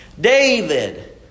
David